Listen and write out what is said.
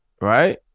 Right